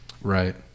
Right